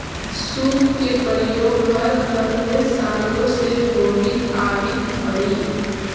सूप के प्रयोग हर घर में सालो से होवित आवित हई